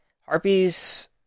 Harpies